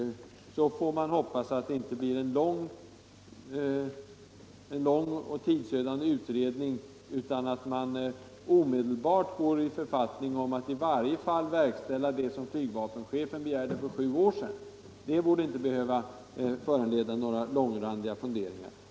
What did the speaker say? Nu får vi hoppas att det inte blir en lång och tidsödande utredning utan att man omedelbart går i författning om att i varje fall verkställa det som flygvapenchefen begärde för sju år sedan. Det borde inte behöva föranleda några långrandiga funderingar.